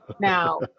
now